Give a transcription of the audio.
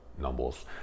numbers